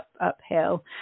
uphill